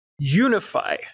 unify